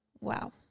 Wow